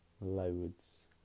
loads